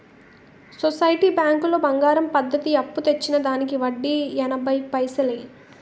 society బ్యాంకులో బంగారం పద్ధతి అప్పు తెచ్చిన దానికి వడ్డీ ఎనభై పైసలే